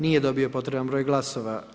Nije dobio potreban broj glasova.